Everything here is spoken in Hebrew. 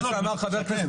ענייני.